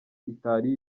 itari